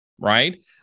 right